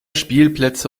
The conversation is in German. spielplätze